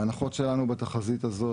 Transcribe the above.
ההנחות שלנו בתחזית הזאת,